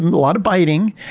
lot of biting.